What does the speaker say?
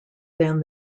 than